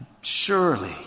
surely